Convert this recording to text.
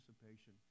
participation